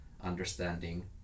understanding